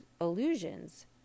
illusions